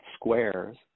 squares